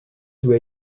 doit